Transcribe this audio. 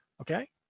Okay